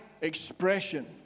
expression